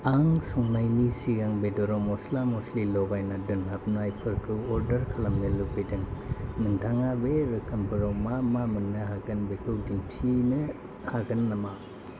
आं संनायनि सिगां बेदराव मसला मसलि लगायना दोनहाबनायफोरखौ अर्डार खालामनो लुबैदो नोंथाङा बे रोखोमफोराव मा मा मोननो हागोन बेखौ दिन्थिनो हागोन नामा